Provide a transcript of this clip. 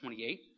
28